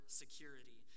security